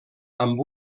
amb